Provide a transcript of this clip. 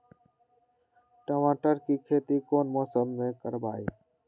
टमाटर की खेती कौन मौसम में करवाई?